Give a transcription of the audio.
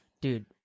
Dude